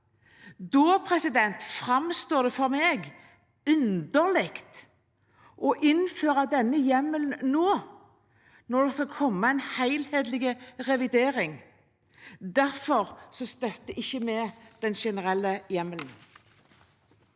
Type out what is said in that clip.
rapporter. Da framstår det for meg underlig å innføre denne hjemmelen nå, når det skal komme en helhetlig revidering. Derfor støtter vi ikke den generelle hjemmelen.